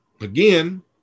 Again